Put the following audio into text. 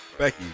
Becky